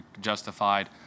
justified